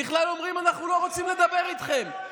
בכלל אומרים: אנחנו לא רוצים לדבר איתכם.